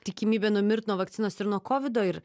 tikimybė numirt nuo vakcinos ir nuo kovido ir